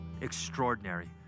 extraordinary